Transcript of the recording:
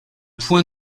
point